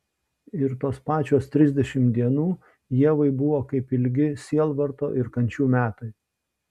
ir tos pačios trisdešimt dienų ievai buvo kaip ilgi sielvarto ir kančių metai